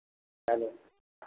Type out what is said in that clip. चलो